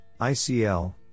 ICL